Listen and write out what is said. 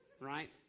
right